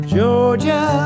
Georgia